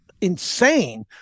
insane